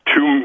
Two